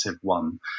one